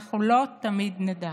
אנחנו לא תמיד נדע.